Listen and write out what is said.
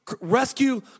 rescue